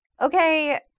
okay